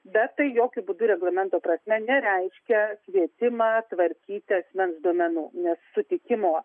bet tai jokiu būdu reglamento prasme nereiškia kvietimą tvarkyti asmens duomenų nes sutikimo